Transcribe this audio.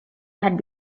had